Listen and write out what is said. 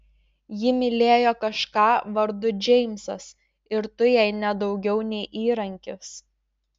ji mylėjo kažką vardu džeimsas ir tu jai ne daugiau nei įrankis